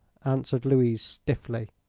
answered louise, stiffly.